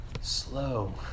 slow